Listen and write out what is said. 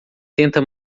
tenta